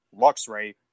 Luxray